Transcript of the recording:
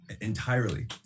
Entirely